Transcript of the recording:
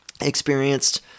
experienced